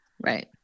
right